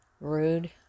rude